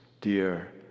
dear